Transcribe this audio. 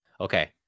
Okay